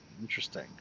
Interesting